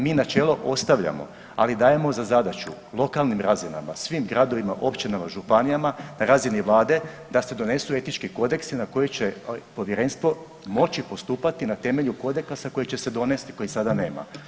Mi načelo ostavljamo, ali dajemo za zadaću lokalnim razinama, svim gradovima, općinama, županijama na razini Vlade da se donesu etički kodeksi na koje će Povjerenstvo moći postupati na temelju kodekasa koji će se donesti kojih sada nema.